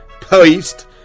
post